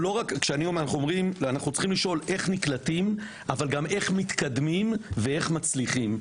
אנחנו צריכים לשאול איך נקלטים אבל גם איך מתקדמים ואיך מצליחים,